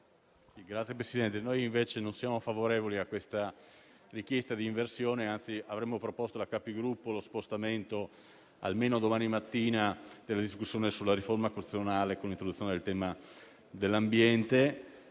Signor Presidente, non siamo favorevoli a questa richiesta di inversione e, anzi, avremmo proposto in sede di Capigruppo lo slittamento almeno a domani mattina della discussione sulla riforma costituzionale con riferimento al tema dell'ambiente.